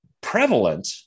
prevalent